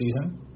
season